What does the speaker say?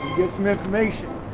get some information.